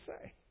say